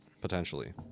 Potentially